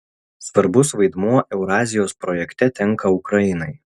svarbus vaidmuo eurazijos projekte tenka ukrainai